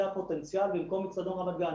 זה הפוטנציאל במקום אצטדיון רמת גן.